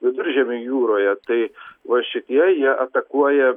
viduržemio jūroje tai va šitie jie atakuoja